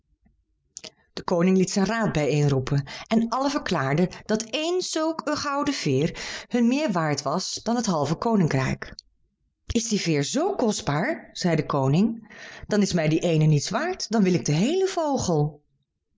de koning liet zijn raad bijeenroepen en allen verklaarden dat één zulk een gouden veer hun meer waard was dan het halve koninkrijk is die veer zoo kostbaar zei de koning dan is mij die ééne niets waard dan wil ik den heelen vogel